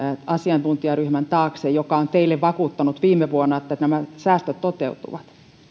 asiantuntijaryhmän taakse joka on teille vakuuttanut viime vuonna että nämä säästöt toteutuvat